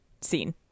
Scene